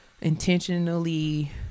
intentionally